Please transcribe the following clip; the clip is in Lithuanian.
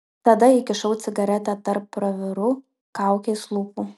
tada įkišau cigaretę tarp pravirų kaukės lūpų